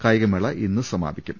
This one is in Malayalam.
കായികമേള ഇന്ന് സമാപിക്കും